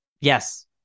yes